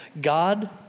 God